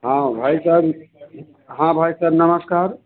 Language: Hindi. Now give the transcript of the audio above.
हाँ भाई साहब हाँ भाई साहब नमस्कार